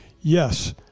Yes